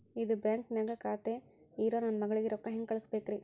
ಇದ ಬ್ಯಾಂಕ್ ನ್ಯಾಗ್ ಖಾತೆ ಇರೋ ನನ್ನ ಮಗಳಿಗೆ ರೊಕ್ಕ ಹೆಂಗ್ ಕಳಸಬೇಕ್ರಿ?